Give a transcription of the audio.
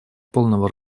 полного